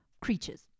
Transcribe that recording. creatures